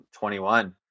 21